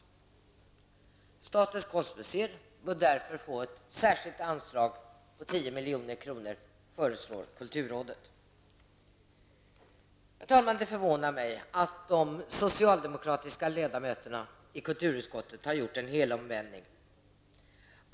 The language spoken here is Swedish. Kulturrådet föreslår därför att statens konstmuseer bör få ett särskilt anslag på 10 milj.kr. Herr talman! Det förvånar mig att de socialdemokratiska ledamöterna i kulturutskottet har gjort en helomvändning.